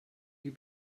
you